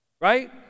Right